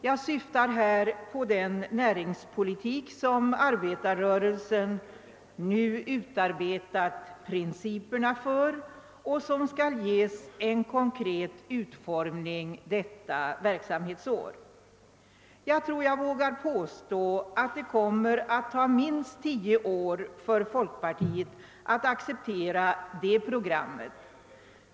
Jag syftar härvid på den näringspolitik, som arbetarrörelsen nu utarbetat principerna för och som skall ges en konkret utformning detta verksamhetsår. Jag tror att jag vågar påstå att det kommer att ta minst tio år för folkpartiet att acceptera detta program.